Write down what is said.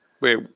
Wait